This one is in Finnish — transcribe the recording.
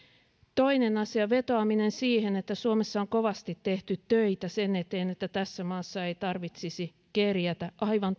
toinen asia vetoaminen siihen että suomessa on kovasti tehty töitä sen eteen että tässä maassa ei tarvitsisi kerjätä aivan